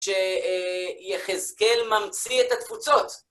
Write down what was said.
שיחזקאל ממציא את התפוצות.